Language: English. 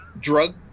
Drug